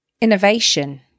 innovation